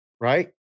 Right